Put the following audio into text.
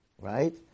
right